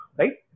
right